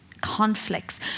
conflicts